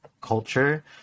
culture